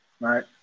right